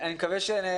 אני רוצה לומר